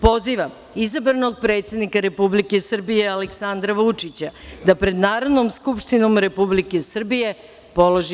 Pozivam izabranog predsednika Republike Srbije Aleksandra Vučića da pred Narodnom skupštinom Republike Srbije položi